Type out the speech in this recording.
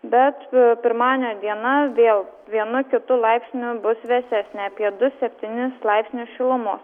bet a pirmadienio diena vėl vienu kitu laipsniu bus vėsesnė apie du septynius laipsnius šilumos